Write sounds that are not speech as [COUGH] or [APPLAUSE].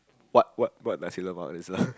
what what what Nasi-Lemak is [LAUGHS]